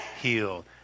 healed